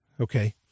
Okay